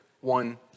one